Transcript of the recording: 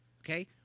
Okay